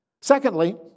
Secondly